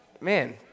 Man